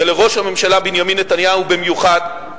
ולראש הממשלה בנימין נתניהו במיוחד,